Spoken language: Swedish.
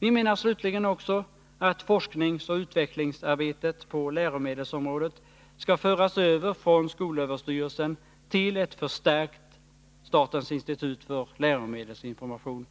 Vi menar slutligen också att forskningsoch utvecklingsarbetet på läromedelsområdet skall föras över från skolöverstyrelsen till ett förstärkt statens institut för läromedelsinformation,